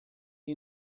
you